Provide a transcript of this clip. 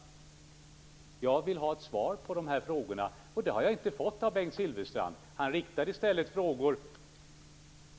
Jag vill ha svar på de här frågorna, och det har jag inte fått av Bengt Silfverstrand. Han riktar i stället frågor till mig.